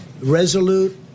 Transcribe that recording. resolute